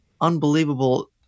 unbelievable